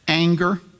anger